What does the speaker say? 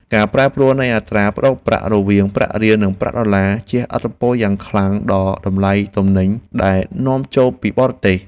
ការប្រែប្រួលនៃអត្រាប្តូរប្រាក់រវាងប្រាក់រៀលនិងប្រាក់ដុល្លារ ជះឥទ្ធិពលយ៉ាងខ្លាំងដល់តម្លៃទំនិញដែលនាំចូលពីបរទេស។